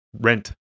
rent